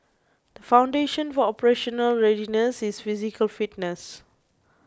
the foundation for operational readiness is physical fitness